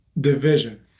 division